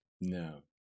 No